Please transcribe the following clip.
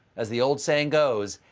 as the old saying goes,